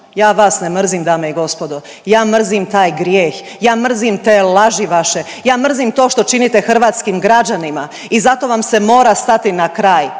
Ja vas ne mrzim dame i gospodo, ja mrzim taj grijeh, ja mrzim te laži vaše, ja mrzim to što činite hrvatskim građanima i zato vam se mora stati na kraj.